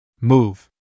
Move